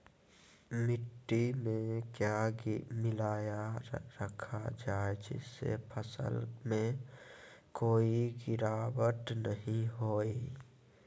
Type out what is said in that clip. मिट्टी में क्या मिलाया रखा जाए जिससे फसल में कोई गिरावट नहीं होई?